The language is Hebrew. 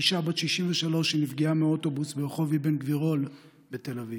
אישה בת 63 שנפגעה מאוטובוס ברחוב אבן גבירול בתל אביב,